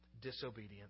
disobedient